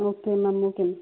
okay ma'am okay